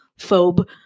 phobe